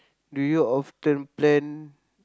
do you often plan